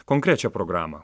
konkrečią programą